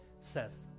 says